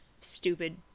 stupid